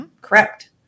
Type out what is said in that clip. correct